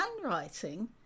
handwriting